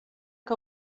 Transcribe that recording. que